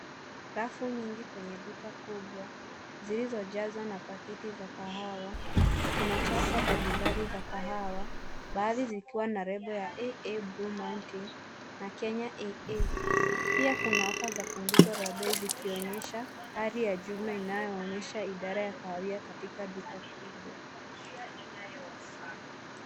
Rafu nyingi kwenye duka kubwa zilizojazwa na pakiti za kahawa kuna chapa mbalimbali za kahawa baadhi zikiwa na lebo ya AA Blue Mountain na Kenya AA pia kuna ofa za punguzo la bei zikionyesha hali ya jumla inayoonyesha idara ya kawia katika duka kubwa.